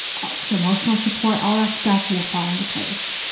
ah so emotional support, all that stuff, will fall into place,